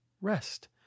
rest